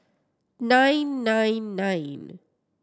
nine nine nine